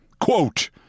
Quote